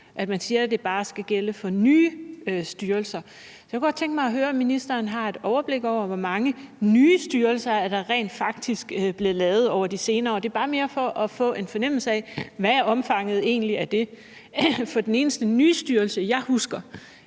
at man siger, at det bare skal gælde for nye styrelser. Jeg kunne godt tænke mig at høre, om ministeren har et overblik over, hvor mange nye styrelser der rent faktisk er lavet over de senere år. Det er bare mere for at få en fornemmelse af, hvad omfanget af det egentlig er. For den eneste nye styrelse, jeg husker,